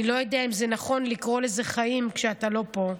אני לא יודע אם זה נכון לקרוא לזה חיים כשאתה לא פה.